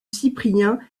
cyprien